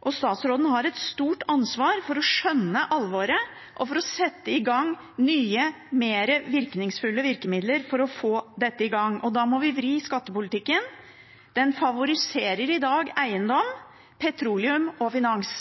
og statsråden har et stort ansvar for å skjønne alvoret og for å sette i gang nye, mer virkningsfulle virkemidler for å få dette i gang. Da må vi vri skattepolitikken. Den favoriserer i dag eiendom, petroleum og finans.